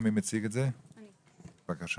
בבקשה.